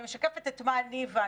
אני משקפת מה אני הבנתי,